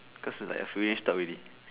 cause like a stop already